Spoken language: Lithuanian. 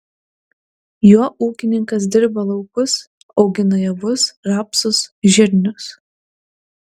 juo ūkininkas dirba laukus augina javus rapsus žirnius